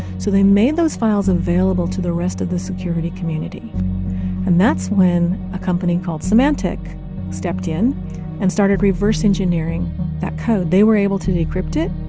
so they made those files available to the rest of the security community and that's when a company called symantec stepped in and started reverse-engineering that code. they were able to decrypt it,